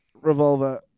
Revolver